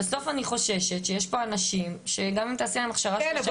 בסוף אני חוששת מזה שיש פה אנשים שגם אם תעשי להם הכשרה של שלושה ימים,